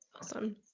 Awesome